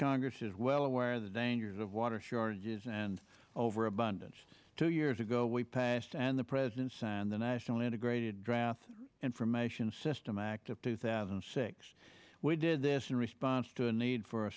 congress is well aware of the dangers of water shortages and over abundance two years ago we passed and the president signed the national integrated draft information system act of two thousand and six we did this in response to the need for a